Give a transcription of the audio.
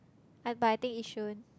I but I think Yishun